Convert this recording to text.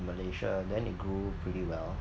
Malaysia then it grew pretty well